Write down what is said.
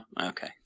Okay